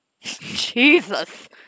Jesus